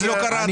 אז לא קראנו?